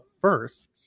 first